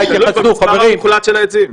תשאל אותו על המס' המוחלט של העצים.